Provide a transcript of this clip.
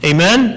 Amen